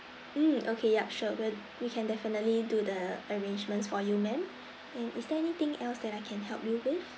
mm okay yup sure we'll we can definitely do the arrangements for you ma'am and is there anything else that I can help you with